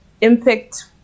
Impact